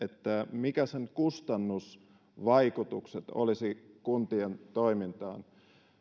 mitkä sen kustannusvaikutukset olisivat kuntien toimintaan